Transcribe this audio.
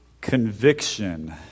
Conviction